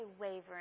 wavering